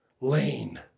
lane